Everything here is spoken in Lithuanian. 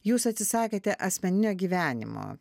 jūs atsisakėte asmeninio gyvenimo